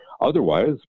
Otherwise